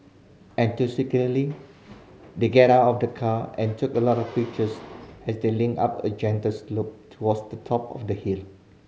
enthusiastically they get out of the car and took a lot of pictures as they linked up a gentle slope towards the top of the hill